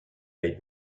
les